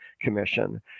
commission